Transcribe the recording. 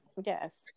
yes